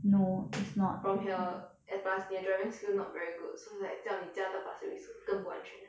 from here and plus 你的 driving skill not very good so like 叫你驾到 pasir-ris 更不安全